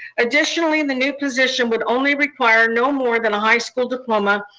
additionally, and the new position would only require no more than a high school diploma,